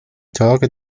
tage